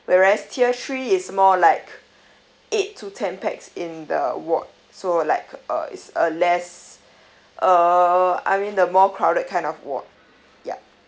whereas tier three is more like eight to ten pax in the ward so like uh it's a less uh I mean the more crowded kind of ward ya